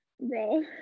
bro